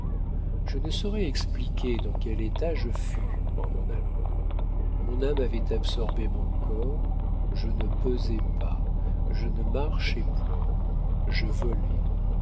je ne saurais expliquer dans quel état je fus en m'en allant mon âme avait absorbé mon corps je ne pesais pas je ne marchais point je volais